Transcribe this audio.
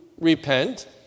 repent